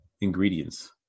ingredients